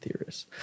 theorists